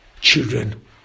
children